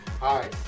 hi